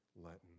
Latin